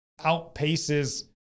outpaces